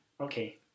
Okay